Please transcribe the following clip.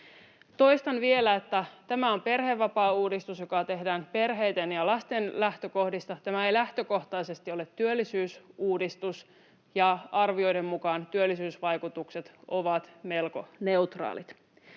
Toistan vielä, että tämä on perhevapaauudistus, joka tehdään perheiden ja lasten lähtökohdista. Tämä ei lähtökohtaisesti ole työllisyysuudistus, ja arvioiden mukaan työllisyysvaikutukset ovat melko neutraalit.